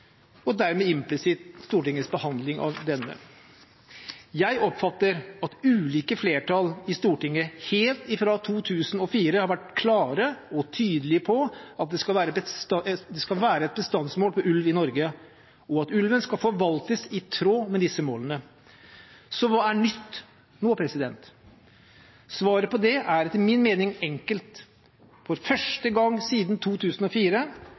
og dermed implisitt Stortingets behandling av denne. Jeg oppfatter at ulike flertall i Stortinget helt fra 2004 har vært klare og tydelige på at det skal være et bestandsmål på ulv i Norge, og at ulven skal forvaltes i tråd med disse målene. Så hva er nytt nå? Svaret på det er etter min mening enkelt: For første gang siden 2004